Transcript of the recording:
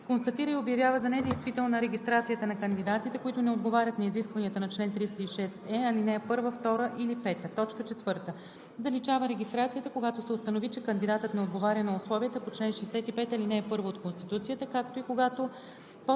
констатира и обявява за недействителна регистрацията на кандидатите, които не отговарят на изискванията на чл. 306е, ал. 1, 2 или 5; 4. заличава регистрацията, когато се установи, че кандидатът не отговаря на условията по чл. 65, ал. 1 от Конституцията, както и когато